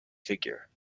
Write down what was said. figure